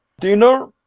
dinner!